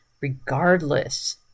regardless